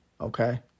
Okay